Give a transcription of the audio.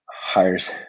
hires